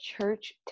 church